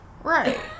right